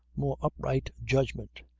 more upright judgment,